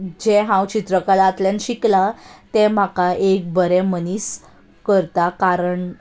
जें हांव चित्रकलांतल्यान शिकलां तें म्हाका एक बरें मनीस करता कारण